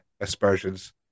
aspersions